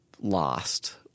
lost